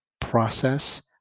process